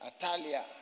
Atalia